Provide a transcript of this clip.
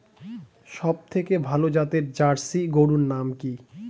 সবথেকে ভালো জাতের জার্সি গরুর নাম কি?